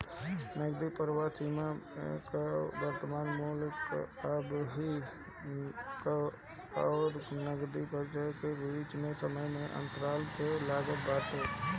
नगदी प्रवाह सीमा कअ वर्तमान मूल्य अबही अउरी नगदी प्रवाह के बीच के समय अंतराल पअ लागत बाटे